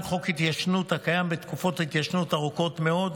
בחוק ההתיישנות הקיים תקופות התיישנות ארוכות מאוד,